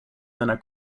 seiner